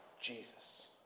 Jesus